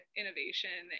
innovation